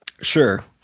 Sure